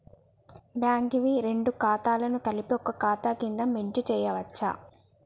Bank వి రెండు ఖాతాలను కలిపి ఒక ఖాతా కింద మెర్జ్ చేయచ్చా?